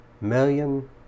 million